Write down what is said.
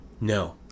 No